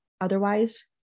otherwise